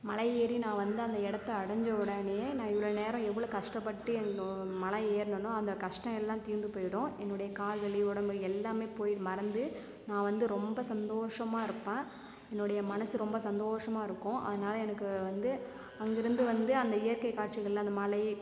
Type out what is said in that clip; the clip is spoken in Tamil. மலையேறி நான் வந்து அந்த இடத்தை அடைஞ்ச உடனயே நான் இவ்வளோ நேரம் எவ்வளோ கஷ்டப்பட்டு இந்தோ மலை ஏறுனனோ அந்த கஷ்ட எல்லாம் தீர்ந்து போயிடும் என்னுடைய கால்வலி உடம்பு எல்லாமே போய் மறந்து நான் வந்து ரொம்ப சந்தோஷமாக இருப்பேன் என்னுடைய மனசு ரொம்ப சந்தோஷமாக இருக்கும் அதனால எனக்கு வந்து அங்கேருந்து வந்து அந்த இயற்கை காட்சிகள் அந்த மலை